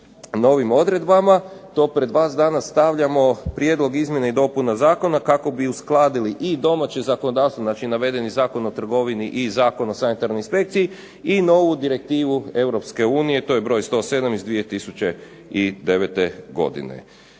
novim odredbama to pred vas danas stavljamo prijedlog izmjene i dopuna zakona kako bi uskladili i domaće zakonodavstvo, znači navedeni Zakon o trgovini i Zakon o sanitarnoj inspekciji i novu direktivu EU, to je br. 107., iz 2009. godine.